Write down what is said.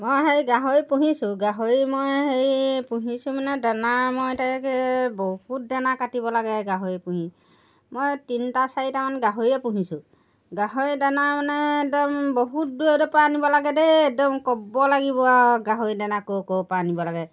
মই সেই গাহৰি পুহিছোঁ গাহৰি মই হেৰি পুহিছোঁ মানে দানা মই তাকে বহুত দানা কাটিব লাগে গাহৰি পুহি মই তিনিটা চাৰিটামান গাহৰিয়ে পুহিছোঁ গাহৰি দানা মানে একদম বহুত দূৰৰপৰা আনিব লাগে দেই একদম ক'ব লাগিব আৰু গাহৰি দানা ক'ৰ ক'ৰপৰা আনিব লাগে